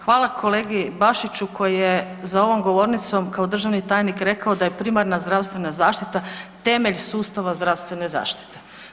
Hvala kolegi Bašiću koji je za ovom govornicom kao državni tajnik rekao da je primarna zdravstvena zaštita temelj sustava zdravstvene zaštite.